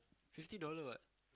fifty dollar what